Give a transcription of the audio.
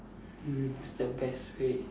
mm what's the best way